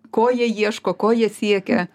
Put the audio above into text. ko jie ieško ko jie siekia